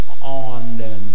on